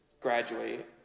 graduate